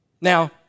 Now